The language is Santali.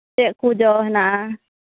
ᱪᱮᱫ ᱠᱚ ᱡᱚ ᱦᱮᱱᱟᱜᱼᱟ